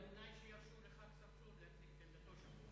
בתנאי שירשו לחבר הכנסת צרצור להציג את עמדתו שם.